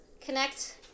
connect